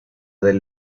del